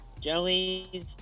jellies